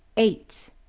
eight.